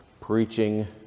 preaching